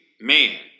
man